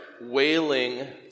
wailing